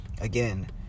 again